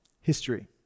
history